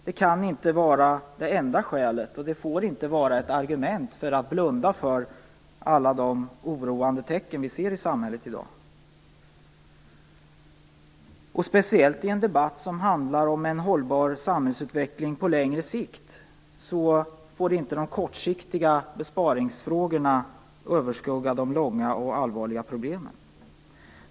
Det kan inte vara det enda skälet och det får inte vara ett argument för att blunda för alla oroande tecken som man kan se i samhället i dag - speciellt i en debatt som handlar om en hållbar samhällsutveckling på längre sikt. De kortsiktiga besparingsfrågorna får inte överskugga de långsiktiga och allvarliga problemen.